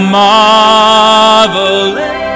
marvelous